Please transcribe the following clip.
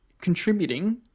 contributing